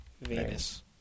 Venus